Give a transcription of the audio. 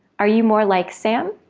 are you more like sam,